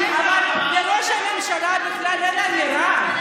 לראש הממשלה בכלל אין אמירה,